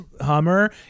hummer